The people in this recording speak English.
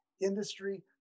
industry